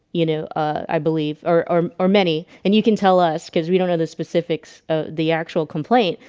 you know i believe or or many and you can tell us because we don't know the specifics the actual complaint,